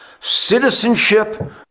Citizenship